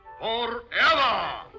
FOREVER